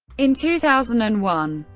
in two thousand and one,